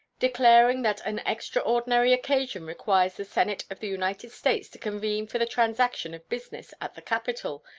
declaring that an extraordinary occasion requires the senate of the united states to convene for the transaction of business at the capitol,